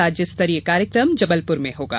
राज्यस्तरीय कार्यक्रम जबलपुर में होगा